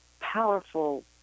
powerful –